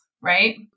right